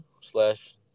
slash